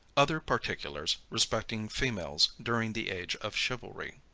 other particulars respecting females during the age of chivalry.